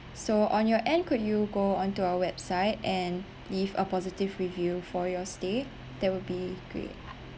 so on your end could you go onto our website and leave a positive review for your stay that will be great